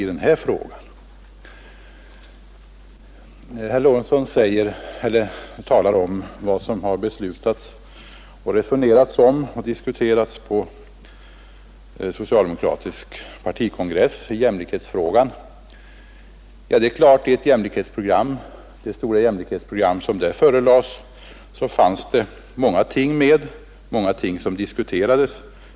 Herr Lorentzon talar om vad som har beslutats och diskuterats i jämlikhetsfrågan på en socialdemokratisk partikongress. I det stora jämlikhetsprogram som förelades kongressen fanns givetvis mycket som diskuterades.